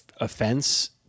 offense